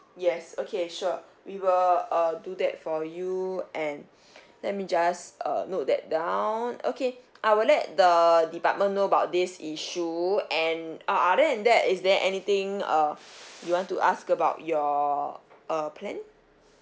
yes okay sure we will uh do that for you and let me just uh note that down okay I will let the department know about this issue and uh other than that is there anything uh you want to ask about your uh plan